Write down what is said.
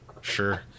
Sure